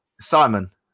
Simon